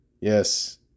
Yes